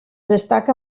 destaca